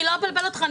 אני לא אבלבל אותך,